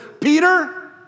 Peter